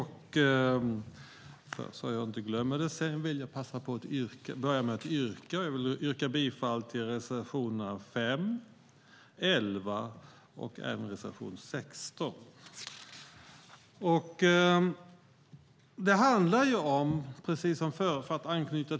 Herr talman! Jag yrkar bifall till reservationerna 5, 11 och 16. Låt mig anknyta till föregående talare.